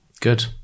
Good